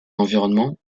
environnement